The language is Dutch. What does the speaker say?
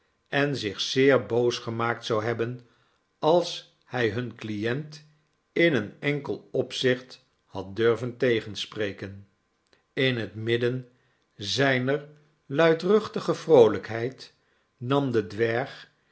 en zich zeer boos gemaakt zou hebben als hij hun client in een enkel opzicht had durven tegenspreken in het midden zijner luidruchtige vroolijkheid nam de dwerg